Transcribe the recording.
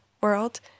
world